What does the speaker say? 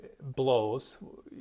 blows